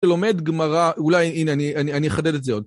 לומד גמרא אולי הנה אני אני אחדד את זה עוד